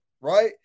right